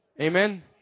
Amen